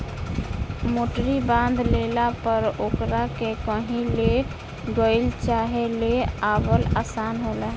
मोटरी बांध लेला पर ओकरा के कही ले गईल चाहे ले आवल आसान होला